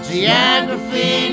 Geography